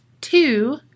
Two